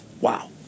Wow